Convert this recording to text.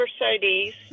Mercedes